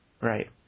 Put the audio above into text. Right